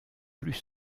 plus